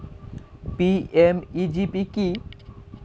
PMEGP কি?